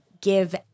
give